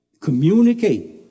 communicate